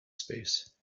space